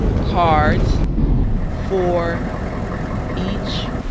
cards for each